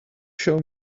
show